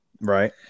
right